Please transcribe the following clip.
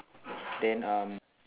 then um